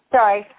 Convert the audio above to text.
Sorry